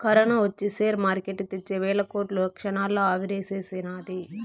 corona ఒచ్చి share market తెచ్చే వేల కోట్లు క్షణాల్లో ఆవిరిసేసినాది